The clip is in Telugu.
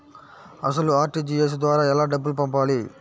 అసలు అర్.టీ.జీ.ఎస్ ద్వారా ఎలా డబ్బులు పంపాలి?